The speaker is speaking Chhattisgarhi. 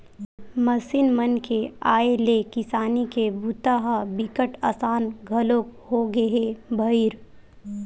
मसीन मन के आए ले किसानी के बूता ह बिकट असान घलोक होगे हे भईर